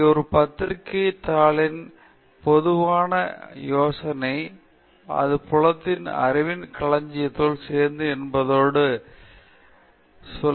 ஒரு பத்திரிக்கை தாளின் பொதுவான யோசனை அது புலத்தில் அறிவின் களஞ்சியத்தை சேர்க்கிறது என்பதோடு அது அங்கு சென்று மற்றும் பல ஆண்டுகளாக மக்கள் பார்க்கக்கூடிய தகவலின் அடிப்படையில் இணைகிறது